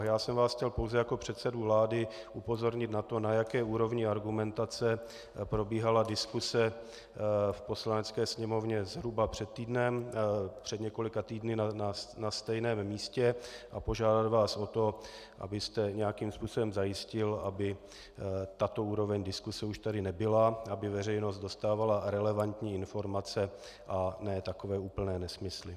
Já jsem vás chtěl pouze jako předsedu vlády upozornit na to, na jaké úrovni argumentace probíhala diskuse v Poslanecké sněmovně zhruba před několika týdny na stejném místě, a požádat vás o to, abyste nějakým způsobem zajistil, aby tato úroveň diskuse už tady nebyla, aby veřejnost dostávala relevantní informace a ne takové úplné nesmysly.